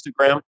Instagram